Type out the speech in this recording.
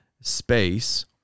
space